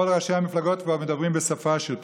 כל ראשי המפלגות כבר מדברים בשפה של בחירות.